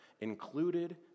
included